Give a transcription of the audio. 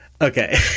Okay